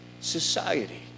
society